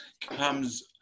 comes